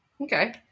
okay